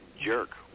Jerk